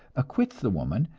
acquits the woman,